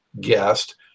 guest